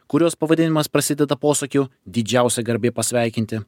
kurios pavadinimas prasideda posakiu didžiausia garbė pasveikinti